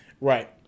Right